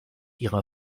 ihrer